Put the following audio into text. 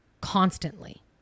constantly